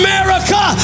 America